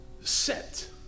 set